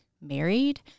married